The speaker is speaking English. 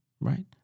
right